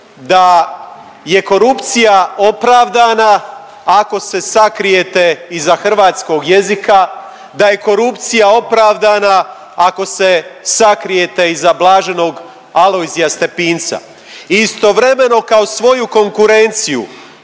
da je korupcija opravdana ako se sakrijete iza hrvatskog jezika, da je korupcija opravdana ako se sakrijete iza blaženog Alojzija Stepinca. Istovremeno kao svoju konkurenciju